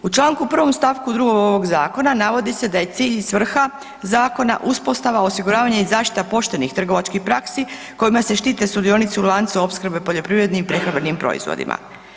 U čl. 1. st. 2. ovog zakona navodi se da je cilj i svrha zakona uspostava, osiguravanje i zaštita poštenih trgovačkih praksi kojima se štite sudionici u lancu opskrbe poljoprivrednim i prehrambenim proizvodima.